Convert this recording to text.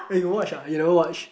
aye you watch ah you never watch